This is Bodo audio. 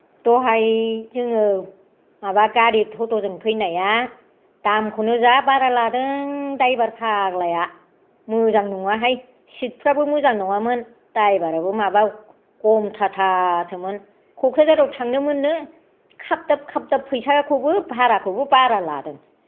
दहाय जोङो माबा गारि थथ'जों फैनाया दामखौनो जा बारा लादों ड्रायभार फाग्लाया मोजां नङाहाय सिटफ्राबो मोजां नङामोन ड्रायभाराबो माबा गमथाथासोमोन क'क्राझाराव थांनो मोननो खाबदाब खाबदाब फैसाखौबो भाराखौबो बारा लादों